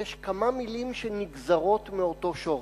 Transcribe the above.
יש כמה מלים שנגזרות מאותו שורש.